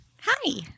Hi